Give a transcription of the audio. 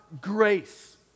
grace